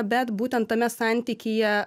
bet būtent tame santykyje